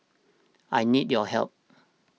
I need your help